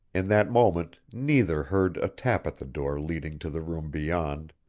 in that moment neither heard a tap at the door leading to the room beyond,